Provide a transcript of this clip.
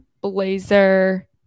blazer